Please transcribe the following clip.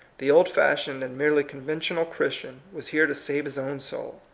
the old-fashioned and merely con ventional christian was here to save his own soul.